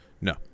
No